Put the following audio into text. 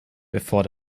bevor